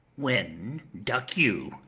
when duck you?